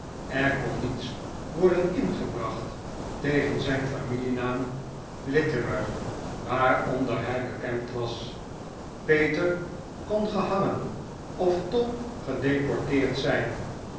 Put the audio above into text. er kon niets worden ingebracht tegen zijn familienaam littimer waaronder hij bekend was peter kon gehangen of tom gedeporteerd zijn